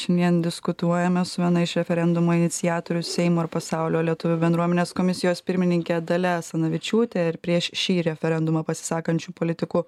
šiandien diskutuojame su viena iš referendumo iniciatorių seimo ir pasaulio lietuvių bendruomenės komisijos pirmininke dalia asanavičiūte ir prieš šį referendumą pasisakančiu politiku